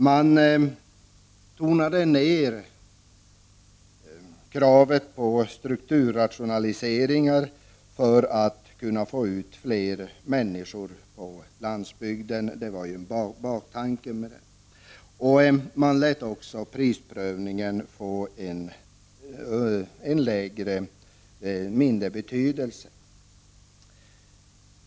Man tonade ner kravet på strukturrationaliseringar för att kunna få ut fler människor på landsbygden. Det var baktanken. Man lät också prisprövningen få mindre betydelse.